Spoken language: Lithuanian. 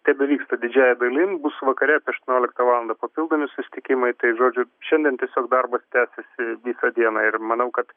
tebevyksta didžiąja dalim bus vakare apie aštuonioliktą valandą papildomi susitikimai tai žodžiu šiandien tiesiog darbas tęsiasi visą dieną ir manau kad